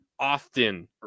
often